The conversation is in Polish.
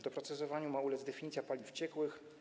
Doprecyzowaniu ma ulec definicja paliw ciekłych.